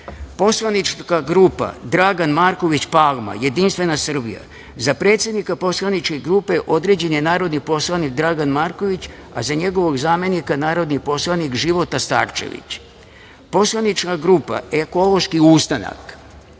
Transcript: Poslanička grupa Dragan Marković Palma - JEDINSTVENA SRBIJA. Za predsednika poslaničke grupe određen je narodni poslanik Dragan Marković, a za njegovog zamenika narodni poslanik Života Starčević;- Poslanička grupa – EKOLOŠKI